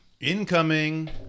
Incoming